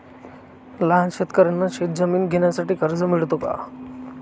लहान शेतकऱ्यांना शेतजमीन घेण्यासाठी कर्ज मिळतो का?